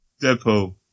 Deadpool